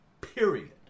Period